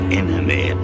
enemy